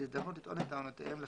הזדמנות לטעון את טענותיהם לפניה,